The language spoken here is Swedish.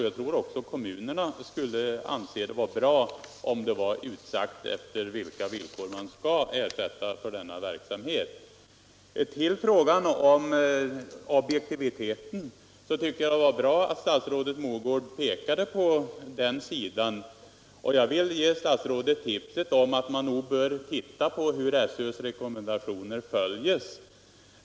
Jag tror också att kommunerna skulle anse det vara bra om det var utsagt efter vilka regler man skall lämna ersättning för denna verksamhet. När det gäller frågan om objektiviteten tycker jag det är bra att statsrådet Mogård pekade på den sidan. Jag vill ge statsrådet tipset att man nog bör se på hur SÖ:s rekommendationer följs.